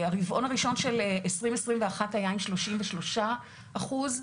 הרבעון הראשון של 2021 היה עם שלושים ושלושה אחוז,